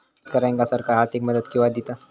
शेतकऱ्यांका सरकार आर्थिक मदत केवा दिता?